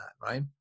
right